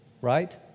Right